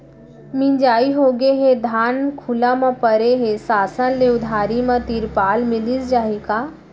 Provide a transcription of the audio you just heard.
मिंजाई होगे हे, धान खुला म परे हे, शासन ले उधारी म तिरपाल मिलिस जाही का?